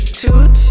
tooth